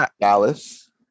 Dallas